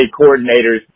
coordinators –